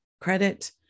credit